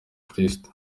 kristo